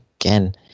again